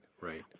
right